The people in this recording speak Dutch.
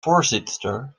voorzitster